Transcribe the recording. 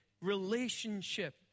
relationship